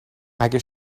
اگه